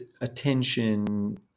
attention